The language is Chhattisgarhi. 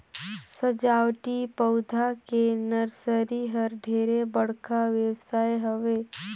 सजावटी पउधा के नरसरी ह ढेरे बड़का बेवसाय हवे